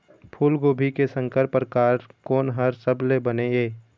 फूलगोभी के संकर परकार कोन हर सबले बने ये?